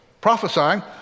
prophesying